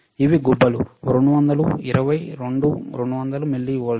ఇవి గుబ్బలు 200 20 2 200 మిల్లీవోల్ట్లు